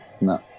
No